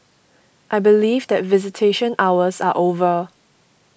I believe that visitation hours are over